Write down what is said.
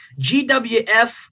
GWF